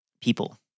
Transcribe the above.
people